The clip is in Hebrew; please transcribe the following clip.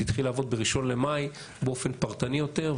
התחיל לעבוד ב-1 במאי באופן פרטני יותר,